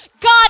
God